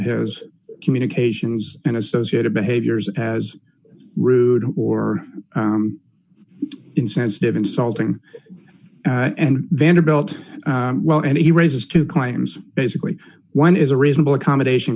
his communications and associated behaviors as rude or insensitive insulting and vanderbilt well and he raises two claims basically one is a reasonable accommodation